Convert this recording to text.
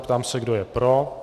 Ptám se, kdo je pro.